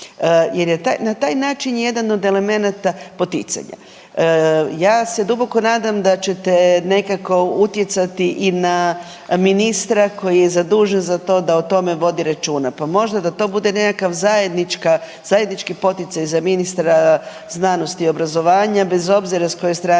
jer je na taj način jedan od elemenata poticanja. Ja se duboko nadam da ćete nekako utjecati i na ministra koji je zadužen za to da o tome vodi računa pa možda da to bude nekakav zajednički, zajednički poticaj za ministra znanosti i obrazovanja bez obzira s koje strane